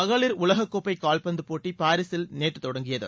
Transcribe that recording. மகளிர் உலக கோப்பை கால்பந்துப் போட்டி பாரிஸில் நேற்று தொடங்கியது